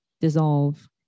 dissolve